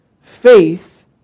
Faith